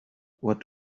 what